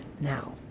now